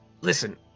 listen